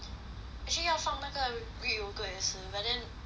actually 要放那个 greek yoghurt 也是 but I think